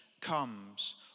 comes